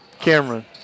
Cameron